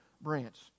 branch